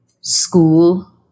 school